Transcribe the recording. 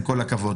עם כל הכבוד.